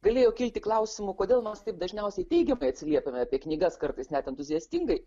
galėjo kilti klausimų kodėl mes taip dažniausiai teigiamai atsiliepiama apie knygas kartais net entuziastingai